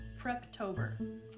Preptober